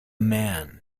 man